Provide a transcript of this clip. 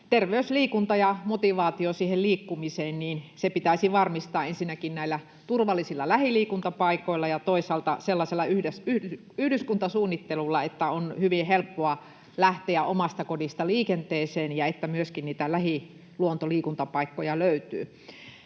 terveysliikunta ja motivaatio siihen liikkumiseen pitäisi varmistaa ensinnäkin näillä turvallisilla lähiliikuntapaikoilla ja toisaalta sellaisella yhdyskuntasuunnittelulla, että on hyvin helppoa lähteä omasta kodista liikenteeseen ja että myöskin niitä lähiluontoliikuntapaikkoja löytyy.